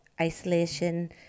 isolation